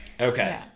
Okay